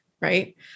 right